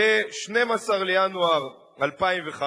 ב-12 בינואר 2005,